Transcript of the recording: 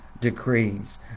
decrees